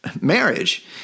marriage